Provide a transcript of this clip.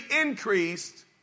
increased